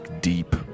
deep